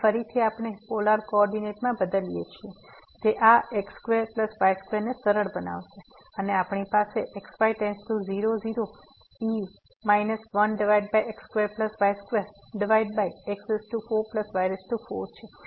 તેથી ફરીથી આપણે પોલાર કોઓર્ડિનેટમાં બદલીએ છીએ તે આ x2y2 ને સરળ બનાવશે અને આપણી પાસે x y → 00 e 1x2y2x4y4 છે